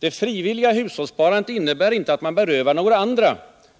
Det frivilliga hushållssparandet innebär inte att man berövar några andra